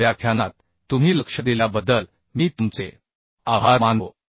या व्याख्यानात तुम्ही लक्ष दिल्याबद्दल मी तुमचे आभार मानतो